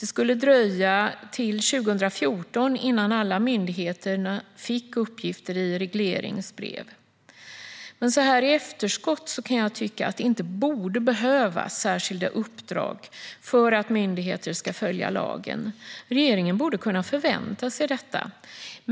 Det skulle dröja till 2014 innan alla myndigheter fick uppgiften i regleringsbrev. Så här i efterskott kan jag tycka att det inte borde behövas särskilda uppdrag för att myndigheter ska följa lagen. Regeringen borde kunna förvänta sig detta.